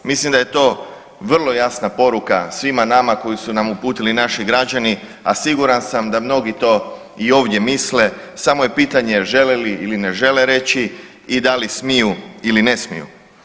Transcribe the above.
Mislim da je to vrlo jasna poruka svima nama koju su nam uputili naši građani, a siguran sam da mnogi to i ovdje misle, samo je pitanje žele li ili ne žele reći i da li smiju ili ne smiju.